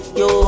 yo